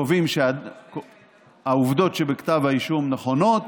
כשקובעים שהעובדות שבכתב האישום נכונות